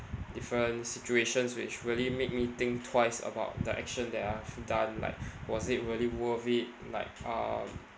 different situations which really made me think twice about the action that I've done like was it really worth it like um